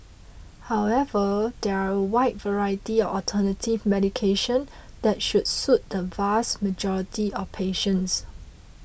however there are a wide variety of alternative medication that should suit the vast majority of patients